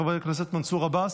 חבר הכנסת מנסור עבאס,